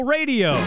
Radio